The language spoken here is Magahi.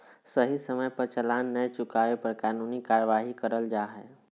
सही समय पर चालान नय चुकावे पर कानूनी कार्यवाही करल जा हय